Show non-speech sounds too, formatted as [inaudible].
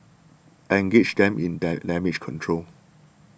engage them in [unintelligible] damage control